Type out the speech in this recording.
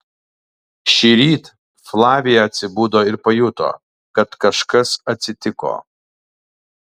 šįryt flavija atsibudo ir pajuto kad kažkas atsitiko